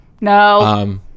no